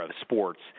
sports